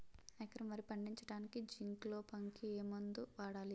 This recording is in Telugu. ఎకరం వరి పండించటానికి జింక్ లోపంకి ఏ మందు వాడాలి?